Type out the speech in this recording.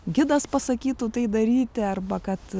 gidas pasakytų tai daryti arba kad